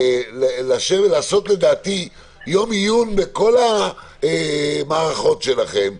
לעשות לדעתי יום עיון בכל המערכות שלכם,